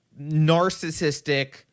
narcissistic